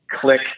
Click